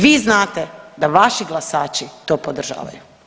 Vi znate da vaši glasači to podržavaju.